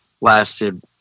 lasted